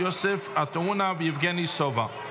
יוסף עטאונה ויבגני סובה.